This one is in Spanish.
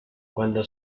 cuando